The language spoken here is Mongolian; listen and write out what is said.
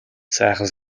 сайхан